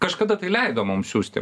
kažkada tai leido mum siųsti